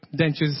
dentures